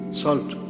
salt